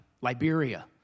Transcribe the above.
Liberia